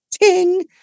ting